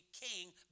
king